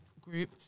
group